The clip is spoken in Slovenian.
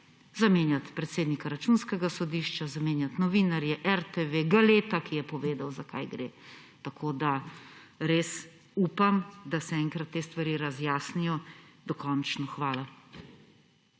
Zamenjati predsednika Računskega sodišča, zamenjati novinarje, RTV, Galeta, ki je povedal, za kaj gre. Tako res upam, da se enkrat te stvari razjasnijo dokončno. Hvala.